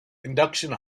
induction